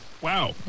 Wow